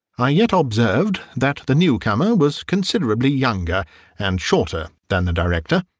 i yet observed that the new-comer was considerably younger and shorter than the director,